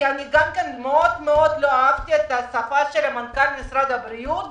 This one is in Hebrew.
כי גם כן מאוד לא אהבתי את השפה של מנכ"ל משרד הבריאות,